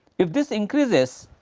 if this increases,